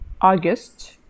August